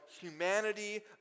humanity